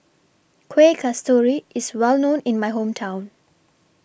Kueh Kasturi IS Well known in My Hometown